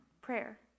prayer